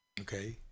Okay